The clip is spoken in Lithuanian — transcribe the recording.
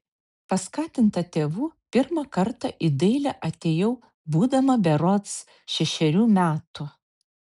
paskatinta tėvų pirmą kartą į dailę atėjau būdama berods šešių metų